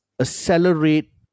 accelerate